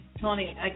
Tony